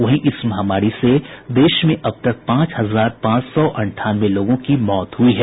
वहीं इस महामारी से देश में अब तक पांच हजार पांच सौ अंठानवे लोगों की मौत हुई है